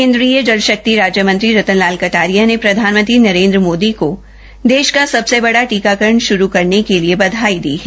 केंन्द्रीय जल शक्ति राज्य मंत्री रतन लाल कटारिया ने प्रधानमंत्री नरेन्द्र मोदी को देष का सबसे बड़ा टीकाकरण शुरू करने के लिए बधाई दी है